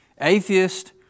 Atheist